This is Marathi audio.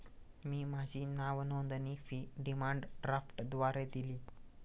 मी माझी नावनोंदणी फी डिमांड ड्राफ्टद्वारे दिली